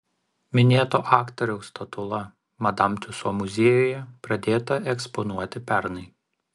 minėto aktoriaus statula madam tiuso muziejuje pradėta eksponuoti pernai